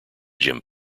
jim